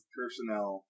personnel